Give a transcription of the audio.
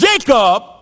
Jacob